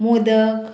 modak